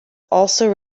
also